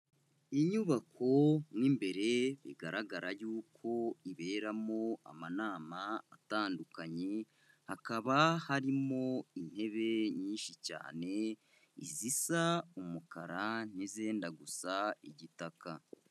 Inyubako mo imbere bigaragara yuko iberamo amanama atandukanye, hakaba harimo intebe nyinshi cyane izisa umukara n'izenda gusa igitaka.